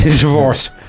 divorce